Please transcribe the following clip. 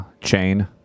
chain